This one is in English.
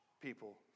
people